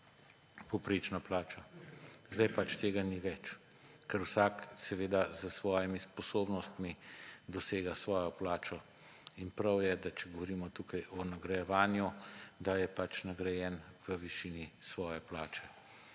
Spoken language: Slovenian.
povprečna plača, zdaj tega ni več, ker vsak seveda s svojimi sposobnostmi dosega svojo plačo. In prav je, če govorimo tukaj o nagrajevanju, da je nagrajen v višini svoje plače.